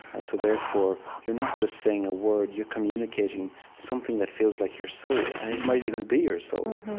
and so therefore, you're not just saying a word you're communicating something that feels like your soul. and it might even be your soul.